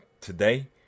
today